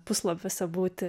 puslapiuose būti